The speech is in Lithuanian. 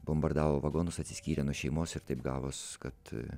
bombardavo vagonus atsiskyrė nuo šeimos ir taip gavos kad